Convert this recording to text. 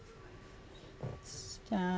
s~ uh